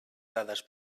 dades